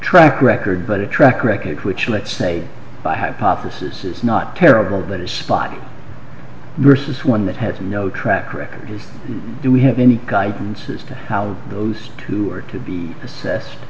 track record but a track record which let's say by hypothesis is not terrible but it's spot versus one that has no track record we have any guidance as to how those two are to be assessed